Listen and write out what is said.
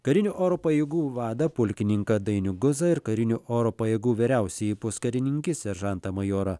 karinių oro pajėgų vadą pulkininką dainių guzą ir karinių oro pajėgų vyriausiąjį puskarininkį seržantą majorą